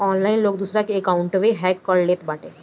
online लोग दूसरा के अकाउंटवे हैक कर लेत बाटे